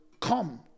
come